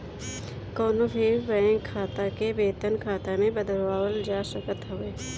कवनो भी तरह के बैंक खाता के वेतन खाता में बदलवावल जा सकत हवे